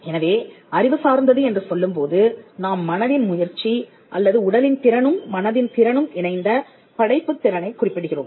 எனவே அறிவு சார்ந்தது என்று சொல்லும்போது நாம் மனதின் முயற்சி அல்லது உடலின் திறனும் மனதின் திறனும் இணைந்த படைப்புத் திறனைக் குறிப்பிடுகிறோம்